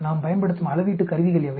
நாம் பயன்படுத்தும் அளவீட்டு கருவிகள் எவை